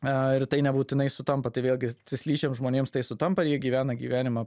a ir tai nebūtinai sutampa tai vėlgi cislyčiams žmonėms tai sutampa jie gyvena gyvenimą